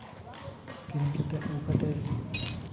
ᱠᱤᱨᱤᱧ ᱠᱟᱛᱮᱫ ᱟᱹᱜᱩ ᱠᱟᱛᱮᱫ